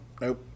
Nope